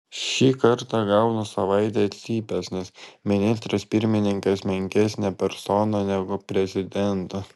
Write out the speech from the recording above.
šį kartą gaunu savaitę cypės nes ministras pirmininkas menkesnė persona negu prezidentas